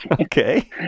Okay